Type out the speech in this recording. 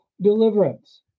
deliverance